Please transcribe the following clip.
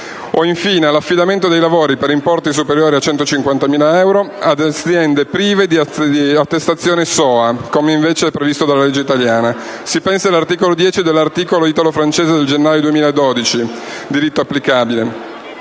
o, infine, all'affidamento dei lavori (per importi superiori a 150.000 euro) ad aziende prive dell'attestazione SOA, come invece è previsto dalla legge italiana. Si pensi all'articolo 10 dell'Accordo italo-francese del gennaio 2012 (Diritto applicabile),